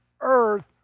earth